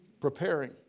preparing